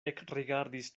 ekrigardis